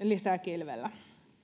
lisäkilvellä